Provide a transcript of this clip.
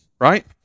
right